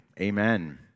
amen